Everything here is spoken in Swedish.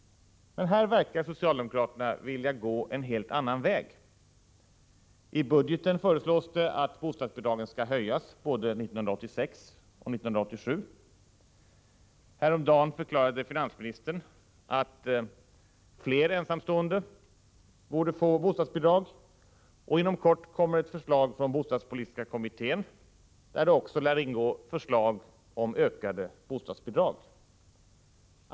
Här verkar socialdemokraterna vilja gå en helt annan väg. I budgeten föreslås det att bostadsbidragen skall höjas både 1986 och 1987. Häromdagen förklarade finansministern att fler ensamstående borde få bostadsbidrag, och inom kort kommer ett förslag från bostadspolitiska kommittén där det också lär ingå ett förslag om ökade bostadsbidrag.